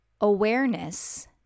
awareness